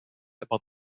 about